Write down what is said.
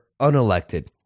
unelected